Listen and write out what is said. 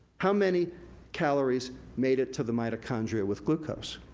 how many calories made it to the mitochondria with glucose?